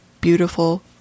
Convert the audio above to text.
beautiful